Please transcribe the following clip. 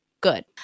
good